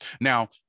Now